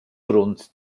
grund